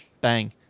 bang